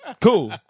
Cool